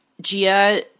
Gia